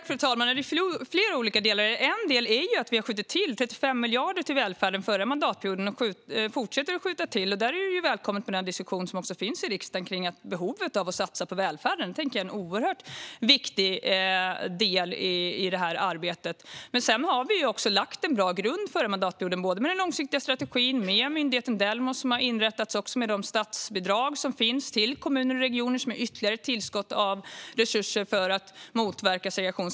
Fru talman! Det är flera olika delar här. En del är att vi sköt till 35 miljarder till välfärden förra mandatperioden och fortsätter att skjuta till resurser. Det är välkommet mot bakgrund av den diskussion som finns i riksdagen om behovet av att satsa på välfärden. Det tycker jag är en oerhört viktig del i det här arbetet. Vi lade också en bra grund förra mandatperioden med den långsiktiga strategin, med myndigheten Delmos som har inrättats och med de statsbidrag som finns till kommuner och regioner som ett ytterligare tillskott av resurser för att motverka segregation.